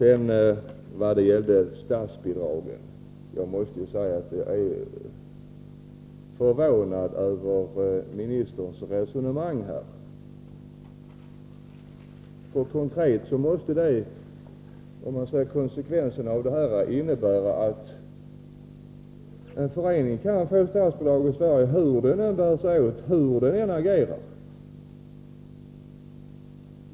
Vad sedan beträffar statsbidragen måste jag säga att jag är förvånad över ministerns resonemang. Konkret måste detta ha till konsekvens att en förening i Sverige kan få statsbidrag hur den än bär sig åt, hur den än agerar.